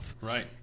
Right